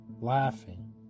laughing